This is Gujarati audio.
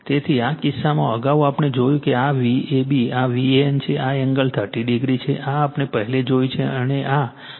તેથી આ કિસ્સામાં અગાઉ આપણે જોયું કે આ Vab આ VAN છે આ એંગલ 30o છે આ આપણે પહેલા જોયું છે અને આ Ia છે